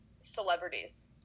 celebrities